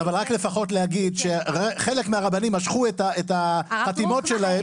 רק להגיד שחלק מהרבנים משכו את החתימות שלהם,